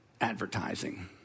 advertising